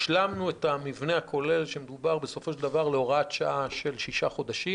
השלמנו את המבנה הכולל שמדובר בסופו של דבר על הוראת שעה של 6 חודשים.